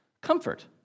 comfort